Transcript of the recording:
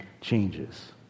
changes